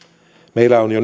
meillä on jo